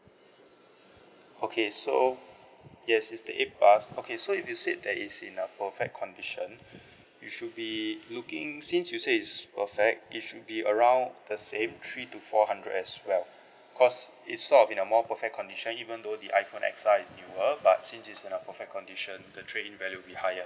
okay so yes it's the eight plus okay so if you said that it's in a perfect condition you should be looking since you said it's perfect it should be around the same three to four hundred as well cause it's sort of in a more perfect condition even though the iphone X R is newer but since it's in a perfect condition the trade-in value will be higher